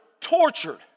tortured